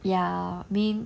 ya mean